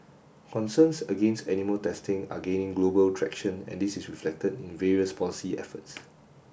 concerns against animal testing are gaining global traction and this is reflected in various policy efforts